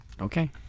Okay